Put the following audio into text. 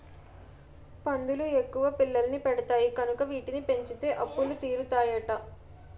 పందులు ఎక్కువ పిల్లల్ని పెడతాయి కనుక వీటిని పెంచితే అప్పులు తీరుతాయట